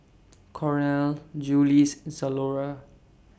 Cornell Julies Zalora